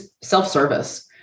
self-service